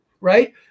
right